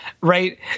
right